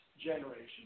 generation